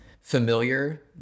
familiar